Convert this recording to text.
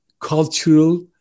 cultural